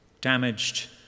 damaged